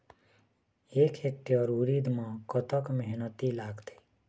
एक हेक्टेयर उरीद म कतक मेहनती लागथे?